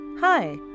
Hi